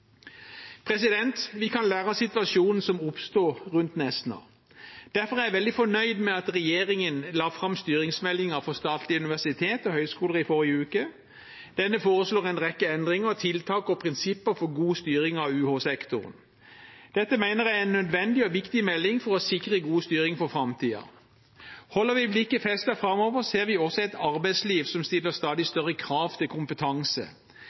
situasjonen som oppsto rundt Nesna. Derfor er jeg veldig fornøyd med at regjeringen la fram styringsmeldingen for statlige universitet og høyskoler i forrige uke. Denne foreslår en rekke endringer, tiltak og prinsipper for god styring av UH-sektoren. Dette mener jeg er en nødvendig og viktig melding for å sikre god styring for framtiden. Holder vi blikket festet framover, ser vi også et arbeidsliv som stiller stadig større krav til kompetanse.